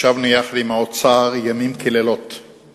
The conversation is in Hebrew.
ישבנו יחד עם האוצר לילות כימים.